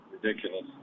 Ridiculous